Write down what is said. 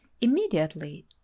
Immediately